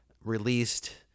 released